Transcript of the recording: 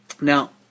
Now